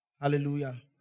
Hallelujah